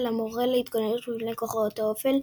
המורה להתגוננות מפני כוחות האופל,